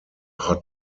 hot